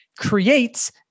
creates